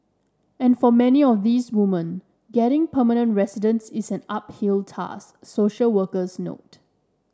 and for many of these women getting permanent residence is an uphill task social workers note